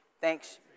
thanks